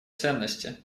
ценности